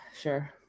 Sure